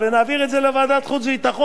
שהיא ועדה דרמטית,